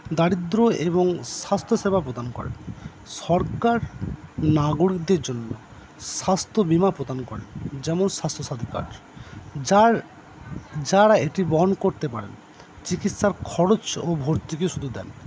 দারিদ্র্য এবং স্বাস্থ্যসেবা প্রদান করে সরকার নাগরিকদের জন্য স্বাস্থ্য বিমা প্রদান করে যেমন স্বাস্থ্য সাথি কার্ড যার যারা এটি বহন করতে পারে না চিকিৎসার খরচ ও ভর্তিকে শুধু দেন